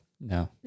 No